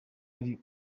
ari